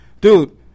Dude